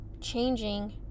changing